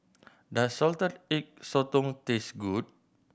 does Salted Egg Sotong taste good